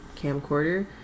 camcorder